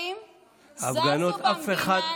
זזו במדינה הזאת, הפגנה אסור?